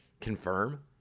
confirm